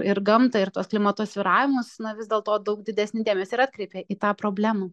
ir gamtą ir tuos klimato svyravimus vis dėl to daug didesnį dėmesį ir atkreipia į tą problemų